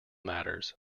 matters